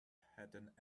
had